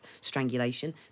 strangulation